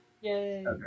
Yay